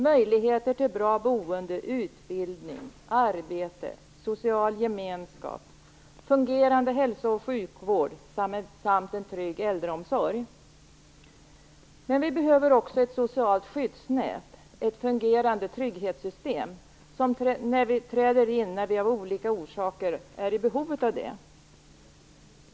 Möjligheter till bra boende, utbildning, arbete, social gemenskap, fungerande hälso och sjukvård samt en trygg äldreomsorg. Vi behöver också ett socialt skyddsnät, ett fungerande trygghetssystem som träder in när vi av olika orsaker är i behov av det.